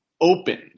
opened